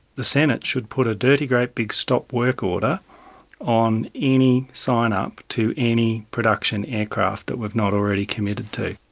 the senate should put a dirty great big stop work order on any sign-up to any production aircraft that we've not already committed to.